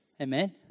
Amen